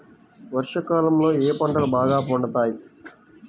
వర్షాకాలంలో ఏ పంటలు బాగా పండుతాయి?